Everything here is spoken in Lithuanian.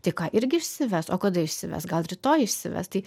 tai ką irgi išsives o kada išsives gal rytoj išsives tai